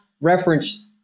reference